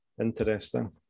Interesting